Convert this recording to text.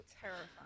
terrifying